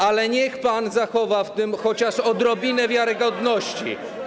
Ale niech pan zachowa w tym chociaż odrobinę wiarygodności.